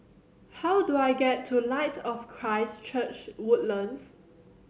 how do I get to Light of Christ Church Woodlands